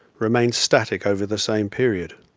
remained static over the same period.